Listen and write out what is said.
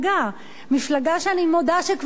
מפלגה שאני מודה שכבר מזמן,